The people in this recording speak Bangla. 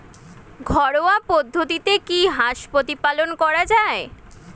ঘরোয়া পদ্ধতিতে কি হাঁস প্রতিপালন করা যায়?